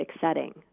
setting